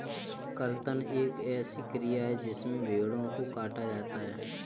कर्तन एक ऐसी क्रिया है जिसमें भेड़ों को काटा जाता है